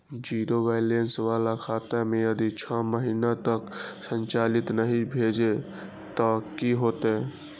Zero balance बाला खाता में यदि छः महीना तक संचालित नहीं भेल ते कि होयत?